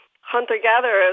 Hunter-gatherers